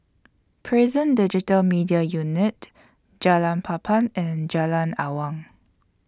Prison Digital Media Unit Jalan Papan and Jalan Awang